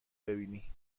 ببینی